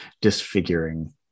disfiguring